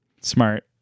Smart